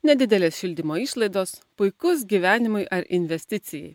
nedidelės šildymo išlaidos puikus gyvenimui ar investicijai